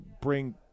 bring